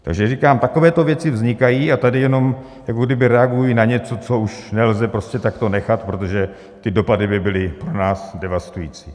Takže říkám, takovéto věci vznikají a tady jenom jako kdyby reagují na něco, což už nelze prostě takto nechat, protože ty dopady by byly pro nás devastující.